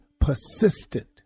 persistent